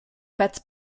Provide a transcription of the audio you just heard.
pattes